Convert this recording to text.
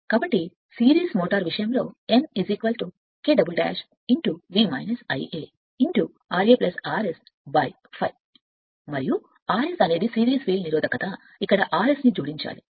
కాబట్టి సిరీస్ యంత్ర సాధనము గైన్ విషయంలో n K V Ia ra మరియు R S అనేది సిరీస్ ఫీల్డ్నిరోధకత ఇక్కడ R S ∅